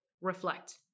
reflect